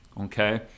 Okay